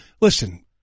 Listen